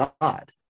God